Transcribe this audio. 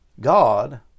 God